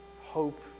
hope